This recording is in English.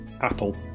Apple